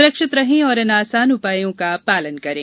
सुरक्षित रहें और इन आसान उपायों का पालन करें